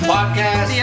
Podcast